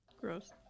Gross